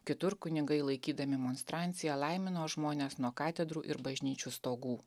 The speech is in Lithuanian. kitur kunigai laikydami monstranciją laimino žmones nuo katedrų ir bažnyčių stogų